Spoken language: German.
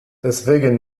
deswegen